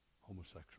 Homosexual